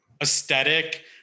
aesthetic